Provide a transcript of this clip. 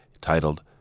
titled